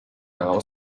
now